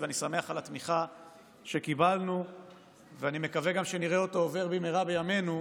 אני שמח על התמיכה שקיבלנו ואני מקווה גם שנראה אותו עובר במהרה בימינו.